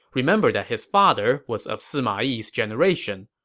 remember that his father was of sima yi's generation.